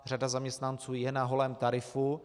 Řada zaměstnanců je na holém tarifu.